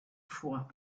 fois